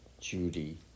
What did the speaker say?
Judy